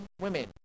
women